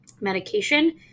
medication